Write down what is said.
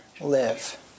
live